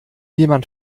jemand